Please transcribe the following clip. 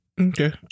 Okay